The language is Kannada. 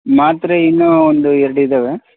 ಮಾತ್ರೆ ಇನ್ನೂ ಒಂದೆರಡು ಇದ್ದಾವೆ